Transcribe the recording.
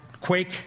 Quake